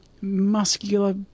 muscular